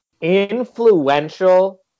influential